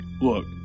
look